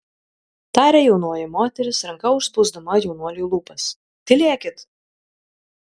tarė jaunoji moteris ranka užspausdama jaunuoliui lūpas tylėkit